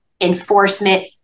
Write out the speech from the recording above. enforcement